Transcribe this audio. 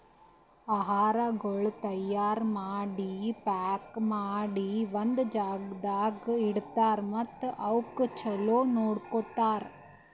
ಆಹಾರಗೊಳ್ ತೈಯಾರ್ ಮಾಡಿ, ಪ್ಯಾಕ್ ಮಾಡಿ ಒಂದ್ ಜಾಗದಾಗ್ ಇಡ್ತಾರ್ ಮತ್ತ ಅವುಕ್ ಚಲೋ ನೋಡ್ಕೋತಾರ್